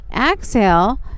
Exhale